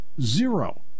Zero